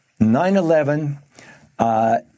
9-11